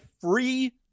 free